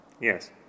Yes